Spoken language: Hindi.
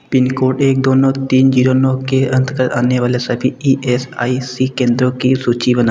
पिन कोड एक दो नो तीन जीरो नो के अंतर्गत आने वाले सभी ई एस आई सी केंद्रों की सूची बनाएँ